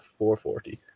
440